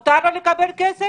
מותר לו לקבל כסף?